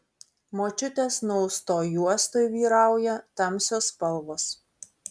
močiutės nuaustoj juostoj vyrauja tamsios spalvos